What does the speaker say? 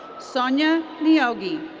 sonia niyogi.